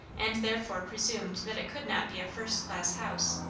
and therefore presumed that it could not be a first-class house.